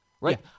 right